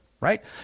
right